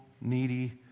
needy